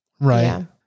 Right